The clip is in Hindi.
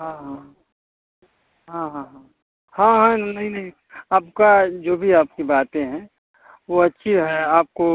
हाँ हाँ हाँ हाँ हाँ हाँ हाँ नहीं नहीं आपका जो भी आपकी बातें हैं वो अच्छी है आपको